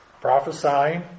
Prophesying